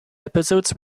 episodes